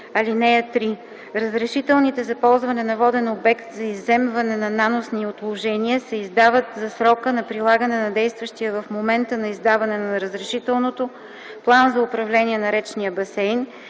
3 и 4: „(3) Разрешителните за ползване на воден обект за изземване на наносни отложения се издават за срока на прилагане на действащия в момента на издаване на разрешителното план за управление на речния басейн